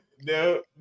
No